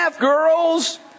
girls